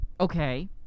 Okay